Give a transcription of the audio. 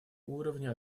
уровня